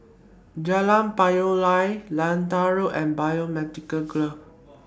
Jalan Payoh Lai Lentor Road and Biomedical Grove